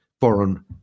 foreign